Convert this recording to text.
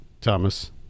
Thomas